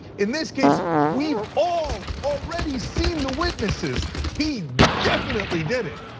in this case, we've all already seen the witnesses. he definitely did it.